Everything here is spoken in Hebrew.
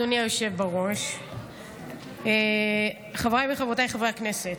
אדוני היושב בראש, חבריי וחברותיי חברי הכנסת,